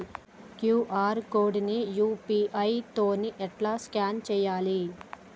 QR code ని UPI తోని ఎట్లా స్కాన్ చేయాలి?